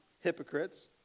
hypocrites